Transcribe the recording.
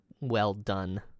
well-done